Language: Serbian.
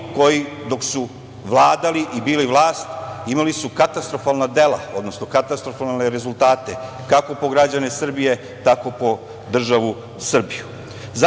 koji dok su vladali i bili vlast imali su katastrofalna dela, odnosno katastrofalne rezultate, kako po građane Srbije, tako po državu Srbiju. Zato